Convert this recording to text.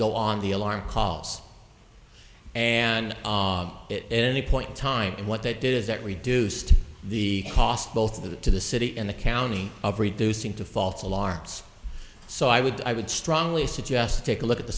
go on the alarm calls and it any point in time what they did is it reduced the cost both of that to the city and the county of reducing to faults alarms so i would i would strongly suggest take a look at the